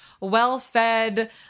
well-fed